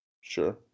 Sure